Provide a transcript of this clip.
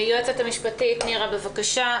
היועצת המשפטית נירה, בבקשה.